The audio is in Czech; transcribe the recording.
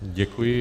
Děkuji.